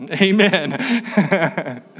Amen